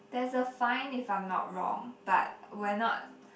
there's a fine if I'm not wrong but we're not